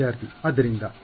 ವಿದ್ಯಾರ್ಥಿ ಆದ್ದರಿಂದ